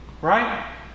Right